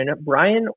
Brian